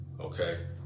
Okay